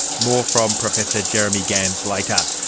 more from professor jeremy gans later.